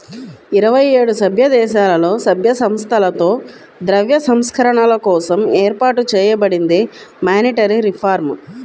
ఇరవై ఏడు సభ్యదేశాలలో, సభ్య సంస్థలతో ద్రవ్య సంస్కరణల కోసం ఏర్పాటు చేయబడిందే మానిటరీ రిఫార్మ్